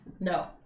No